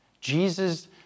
Jesus